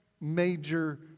major